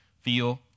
feel